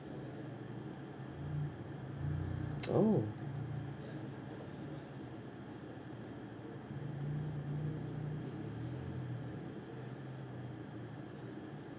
orh